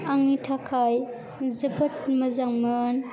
आंनि थाखाय जोबोद मोजांमोन